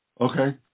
Okay